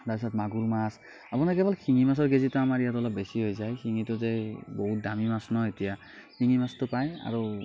তাৰপাছত আপোনালোকে কেৱল শিঙি মাছৰ কেজিটো আমাৰ ইয়াত অলপ বেছি হৈ যায় শিঙিটো যে বহুত দামী মাছ ন এতিয়া শিঙি মাছটো পায় আৰু